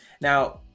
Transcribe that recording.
now